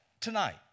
tonight